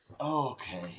Okay